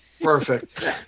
Perfect